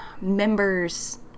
members